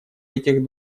этих